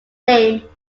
name